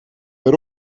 meer